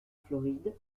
floride